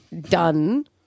done